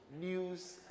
news